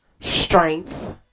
strength